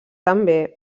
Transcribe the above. també